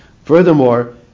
Furthermore